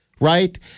right